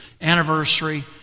anniversary